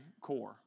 core